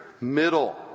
middle